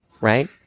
right